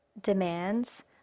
demands